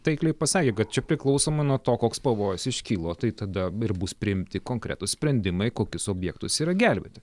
taikliai pasakė kad čia priklausoma nuo to koks pavojus iškylo tai tada bus priimti konkretūs sprendimai kokius objektus yra gelbėti